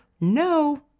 No